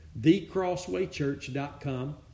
thecrosswaychurch.com